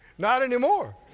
not anymore.